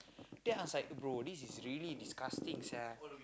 then I was like bro this is really disgusting sia